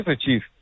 Chief